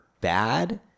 bad